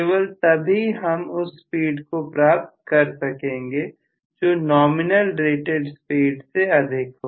केवल तभी हम उस स्पीड को प्राप्त कर सकेंगे जो नॉमिनल रेटेड स्पीड से अधिक हो